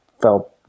felt